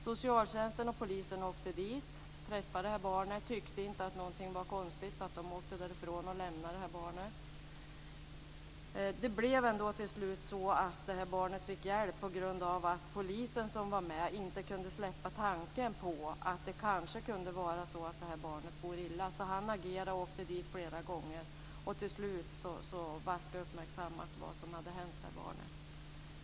Socialtjänsten och polisen åkte dit och träffade barnet. De tyckte inte att någonting var konstigt, så de åkte därifrån och lämnade barnet. Det blev ändå till slut så att barnet fick hjälp på grund av att polisen som var med inte kunde släppa tanken på att det kanske kunde vara så att barnet for illa. Han agerade och åkte dit flera gånger och till slut uppmärksammade man vad som hade hänt barnet.